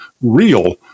real